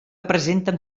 presenten